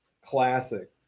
classic